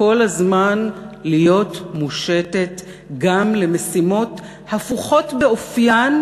כל הזמן להיות מושטת גם למשימות הפוכות באופיין,